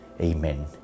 Amen